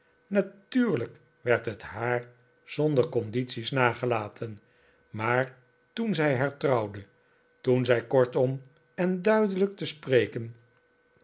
natuurlijk werd het haar zonder condities nagelaten maar toen zij hertrouwde toeh zij kortbm en om duidelijk te spreken